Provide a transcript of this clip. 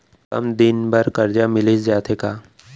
कम दिन बर करजा मिलिस जाथे का?